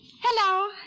Hello